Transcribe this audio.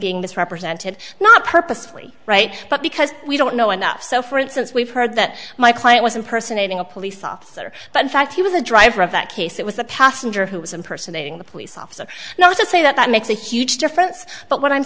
being misrepresented not purposefully right but because we don't know enough so for instance we've heard that my client was impersonating a police officer but in fact he was the driver of that case it was the passenger who was impersonating the police officer not to say that that makes a huge difference but what i'm